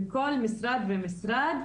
בכל משרד ומשרד,